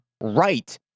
right